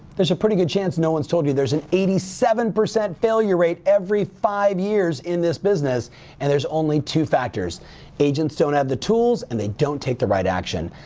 there's a pretty good chance no one's told you there's an eighty seven percent failure rate every five years in this business and there's only two factors agents don't have the tools and they don't take the right action.